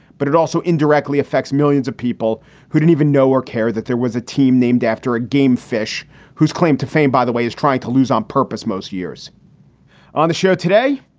but it also indirectly affects millions of people who didn't even know or care that there was a team named after a game. fish whose claim to fame, by the way, is trying to lose on purpose most years on the show today,